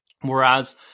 Whereas